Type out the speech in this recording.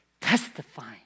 testifying